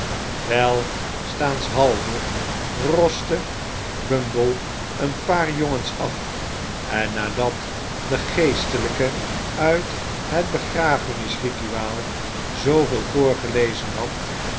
welstaanshalve roste bumble een paar jongens af en nadat de geestelijke uit het begrafenis rituaal zooveel voorgelezen had